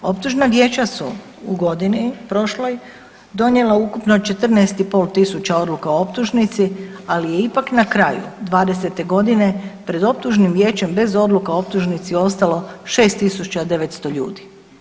Optužna vijeća su u godini prošloj donijela ukupno 14.500 odluka o optužnici, ali je ipak na kraju '20. godine pred optužnim vijećem bez odluka o optužnici ostalo 6.900 ljudi.